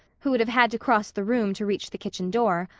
who would have had to cross the room to reach the kitchen door,